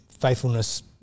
faithfulness